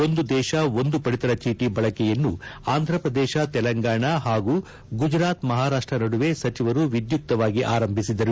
ಒಂದು ದೇಶ ಒಂದು ಪಡಿತರ ಚೀಟ ಬಳಕೆಯನ್ನು ಆಂಧಪ್ರದೇಶ ತೆಲಂಗಾಣ ಹಾಗೂ ಗುಜರಾತ್ ಮಹಾರಾಷ್ಷ ನಡುವೆ ಸಚಿವರು ವಿದ್ಯುಕ್ತವಾಗಿ ಆರಂಭಿಸಿದರು